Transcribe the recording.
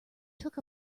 took